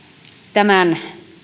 tämän